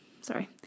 Sorry